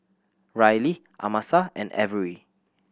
Rylee Amasa and Averi